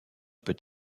peut